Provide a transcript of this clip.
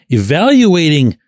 evaluating